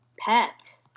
Pet